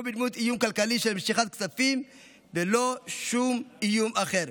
לא בדמות איום כלכלי של משיכת כספים ולא שום איום אחר.